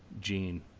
Gene